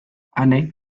ane